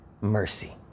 mercy